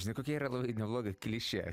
žinai kokia yra labai nebloga klišė